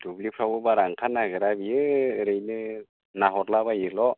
दुब्लिफ्रावबो बारा ओंखारनो नागिरा बेयो ओरैनो नाहरला बायोल'